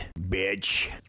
bitch